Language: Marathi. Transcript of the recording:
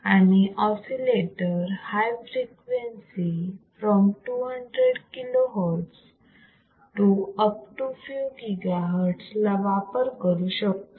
आणि oscillator high frequency from 200 kilohertz to up to a few gigahertz ला वापर करू शकतो